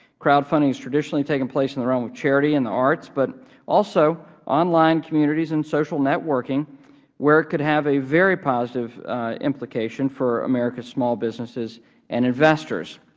crowdfunding has traditionally taken place in the realm of charity and the arts, but also online communities and social networking where it could have a very positive implication for america's small businesses and investors.